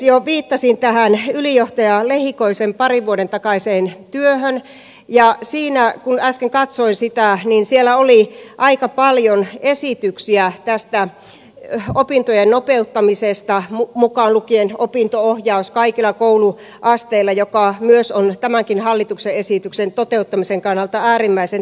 jo viittasin tähän ylijohtaja lehikoisen parin vuoden takaiseen työhön ja kun äsken katsoin sitä niin siellä oli aika paljon esityksiä tästä opintojen nopeuttamisesta mukaan lukien opinto ohjaus kaikilla kouluasteilla joka myös on tämänkin hallituksen esityksen toteuttamisen kannalta äärimmäisen tärkeä